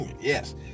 Yes